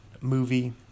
movie